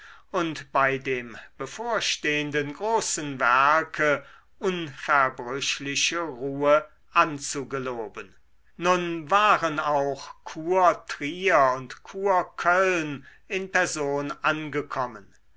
und bei dem bevorstehenden großen werke unverbrüchliche ruhe anzugeloben nun waren auch kurtrier und kurköln in person angekommen